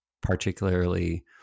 particularly